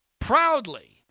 proudly